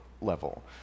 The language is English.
Level